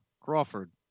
Crawford